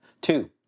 Two